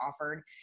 offered